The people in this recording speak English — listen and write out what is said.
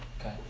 Okay